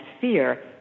fear